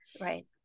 right